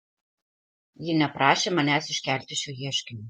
ji neprašė manęs iškelti šio ieškinio